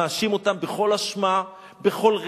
מאשים אותם בכל אשמה,